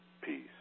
peace